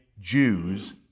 Jews